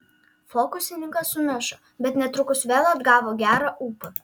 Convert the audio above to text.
fokusininkas sumišo bet netrukus vėl atgavo gerą ūpą